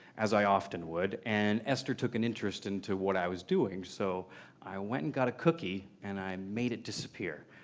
as i often would, and esther took an interest into what i was doing, so i went and got a cookie, and i made it disappear.